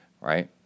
right